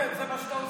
כן, זה מה שאתה עושה.